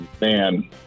man